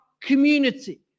community